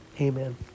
Amen